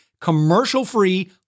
commercial-free